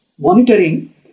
monitoring